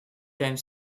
time